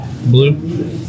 Blue